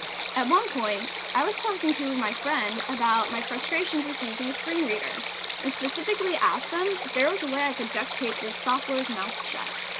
at one point, i was talking to my friend about my frustrations with using a screen reader and specifically asked him if there was a way i could duct tape the software's mouth shut,